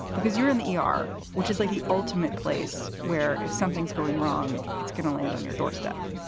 because you're in the e r, which is like the ultimate place where if something's going wrong, it's going to land on your doorstep